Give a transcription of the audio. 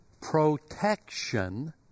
protection